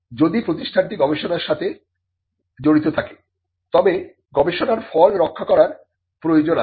যদি প্রতিষ্ঠানটি গবেষণার সাথে জড়িত থাকে তবে গবেষণার ফল রক্ষা করার প্রয়োজন আছে